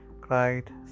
cried